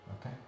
Okay